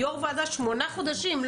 יו"ר ועדה שמונה חודשים?